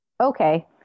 Okay